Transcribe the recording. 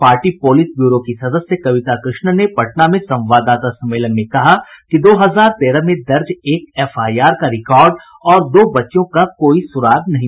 party politburo की सदस्य कविता कृष्णन ने पटना में संवाददाता सम्मेलन में कहा कि दो हजार तेरह में दर्ज एक एफआईआर का रिकॉर्ड और दो बच्चियों का कोई सुराग नहीं मिला है